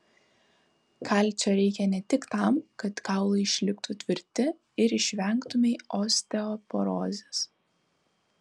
kalcio reikia ne tik tam kad kaulai išliktų tvirti ir išvengtumei osteoporozės